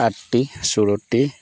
ᱟᱴ ᱴᱤ ᱥᱳᱞᱳᱴᱤ